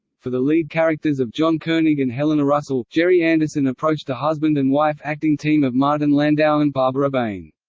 for the lead characters of john koenig and helena russell, gerry anderson approached the husband-and-wife acting team of martin landau and barbara bain.